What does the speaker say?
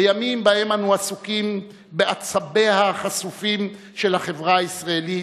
בימים שבהם אנו עסוקים בעצביה החשופים של החברה הישראלית,